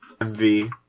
mv